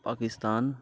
Pakistan